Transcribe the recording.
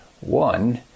One